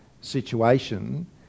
situation